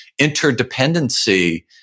interdependency